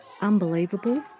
unbelievable